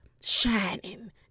shining